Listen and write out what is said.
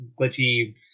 glitchy